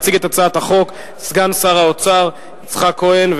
יציג את הצעת החוק סגן שר האוצר יצחק כהן.